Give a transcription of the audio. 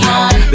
on